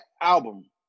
album